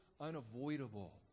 unavoidable